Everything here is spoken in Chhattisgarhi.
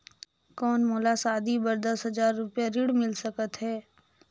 कौन मोला शादी बर दस हजार रुपिया ऋण मिल सकत है?